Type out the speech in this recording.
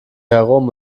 herum